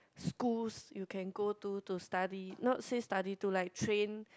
schools you can go to to study not say study to like train